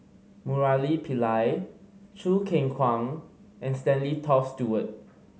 Murali Pillai Choo Keng Kwang and Stanley Toft Stewart